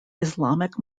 islamic